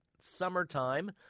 Summertime